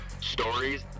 stories